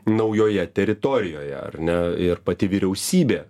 naujoje teritorijoje ar ne ir pati vyriausybė